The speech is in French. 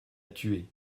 tué